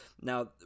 now